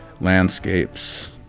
landscapes